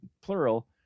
plural